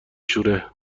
شوره